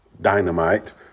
dynamite